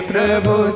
Prabhu